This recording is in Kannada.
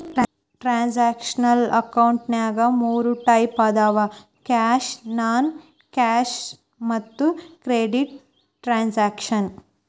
ಟ್ರಾನ್ಸಾಕ್ಷನಲ್ ಅಕೌಂಟಿನ್ಯಾಗ ಮೂರ್ ಟೈಪ್ ಅದಾವ ಕ್ಯಾಶ್ ನಾನ್ ಕ್ಯಾಶ್ ಮತ್ತ ಕ್ರೆಡಿಟ್ ಟ್ರಾನ್ಸಾಕ್ಷನ